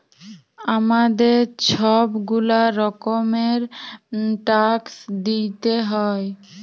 আমাদের ছব গুলা রকমের ট্যাক্স দিইতে হ্যয়